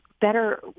better